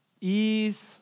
ease